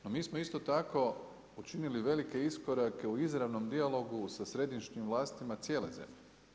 No mi smo isto tako učinili velike iskorake u izravnom dijalogu sa središnjim vlastima cijele zemlje.